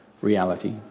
reality